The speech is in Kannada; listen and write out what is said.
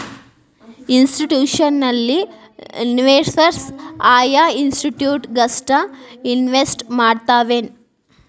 ಇನ್ಸ್ಟಿಟ್ಯೂಷ್ನಲಿನ್ವೆಸ್ಟರ್ಸ್ ಆಯಾ ಇನ್ಸ್ಟಿಟ್ಯೂಟ್ ಗಷ್ಟ ಇನ್ವೆಸ್ಟ್ ಮಾಡ್ತಾವೆನ್?